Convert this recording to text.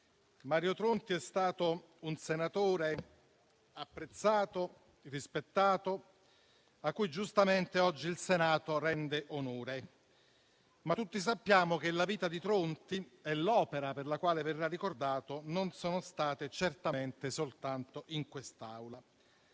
Mario Tronti è stato un senatore apprezzato, rispettato e a cui giustamente oggi il Senato rende onore. Ma tutti sappiamo che la vita di Tronti e l'opera per la quale verrà ricordato non sono state certamente soltanto in quest'Aula.